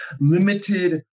limited